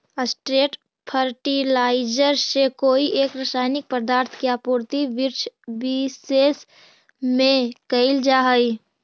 straight fertiliser से कोई एक रसायनिक पदार्थ के आपूर्ति वृक्षविशेष में कैइल जा हई